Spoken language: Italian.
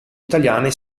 italiane